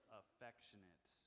affectionate